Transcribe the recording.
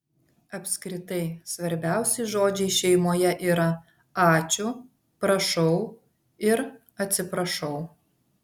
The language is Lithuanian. apskritai svarbiausi žodžiai šeimoje yra ačiū prašau ir atsiprašau